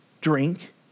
drink